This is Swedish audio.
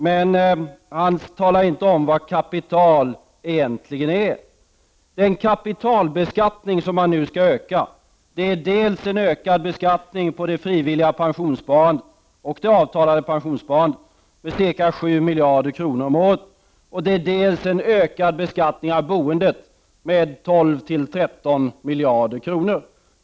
Men han talar inte om vad kapital egentligen är. Den kapitalbeskattning som nu skall öka innebär dels en ökad beskattning på det frivilliga och avtalade pensionssparandet om ca 7 miljarder kronor om året, dels en ökad beskattning av boendet med 12-13 miljarder kronor.